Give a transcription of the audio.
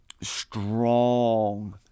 Strong